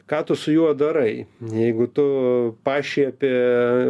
ką tu su juo darai jeigu tu pašiepi